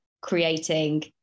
creating